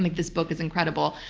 like this book is incredible.